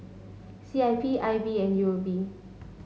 C I P I B and U O B